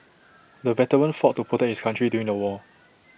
the veteran fought to protect his country during the war